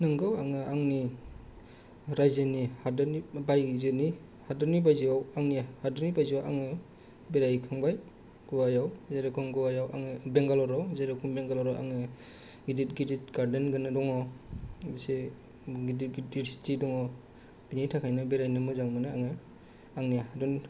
नंगौ आङो आंनि रायजोनि हादोरनि बायजोनि हादोरनि बायजोआव आंनि हादोरनि बायजोआव आङो बेरायहैखांबाय गवायाव जेरेखम गवायाव आङो बेंगालराव जेरेखम बेंगालराव आङो गिदिर गिदिर गार्देन गोनां दङ एसे गिदिर गिदिर सिटि दङ बेनि थाखायनो बेरायनो मोजां मोनो आङो आंनि हादोरनि